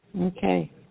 Okay